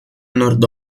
nord